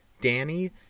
Danny